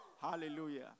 Hallelujah